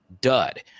dud